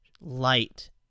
light